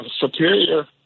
Superior